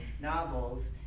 novels